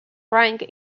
rank